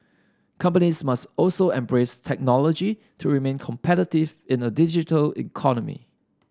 companies must also embrace technology to remain competitive in a digital economy